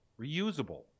Reusable